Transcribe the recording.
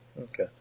Okay